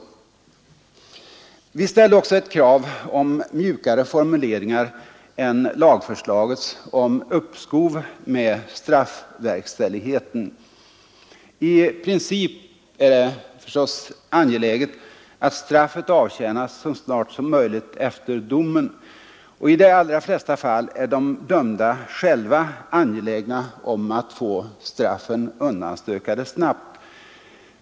Vi ställde också ett krav på mjukare formuleringar än lagförslagets om uppskov med straffverkställigheten. I princip är det angeläget att straffet avtjänas så snart som möjligt efter domen, och i de allra flesta fall är de dömda själva angelägna om att få straffen undanstökade snabbt.